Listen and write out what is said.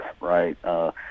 right